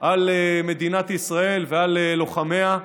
על מדינת ישראל ועל לוחמיה.